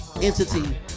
entity